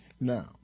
Now